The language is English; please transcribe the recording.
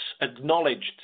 acknowledged